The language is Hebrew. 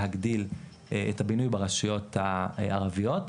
להגדיל את הבינוי ברשויות הערביות.